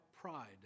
pride